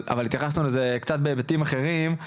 אבל התייחסנו לזה קצת בהיבטים אחרים.